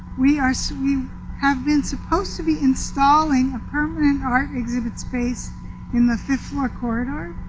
we are so we have been supposed to be installing a permanent art exhibit space in the fifth floor corridor